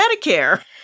Medicare